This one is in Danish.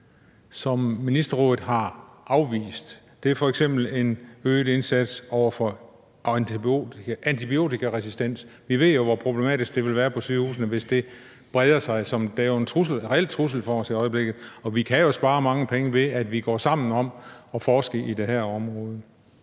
som ministerrådet har afvist. Det er f.eks. en øget indsats over for antibiotikaresistens. Vi ved jo, hvor problematisk det vil være på sygehusene, hvis det breder sig. Det er jo en reel trussel for os i øjeblikket, og vi kan spare mange penge ved, at vi går sammen om at forske i det her område.